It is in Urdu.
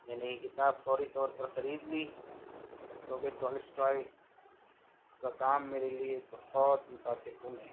میں نے یہ کتاب فوری طور پر خرید لی کیونکہ ٹالسٹائے کا کام میرے لیے بہت متاثر کن ہیں